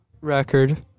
record